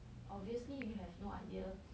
basically you have no idea